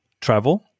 travel